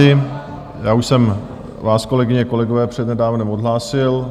Já už jsem vás, kolegyně, kolegové, před nedávnem odhlásil.